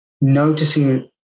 noticing